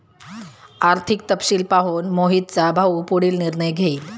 आर्थिक तपशील पाहून मोहितचा भाऊ पुढील निर्णय घेईल